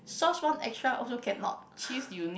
sauce want extra also cannot